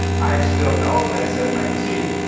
i actually don't know if the headset mic was cheap.